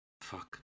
Fuck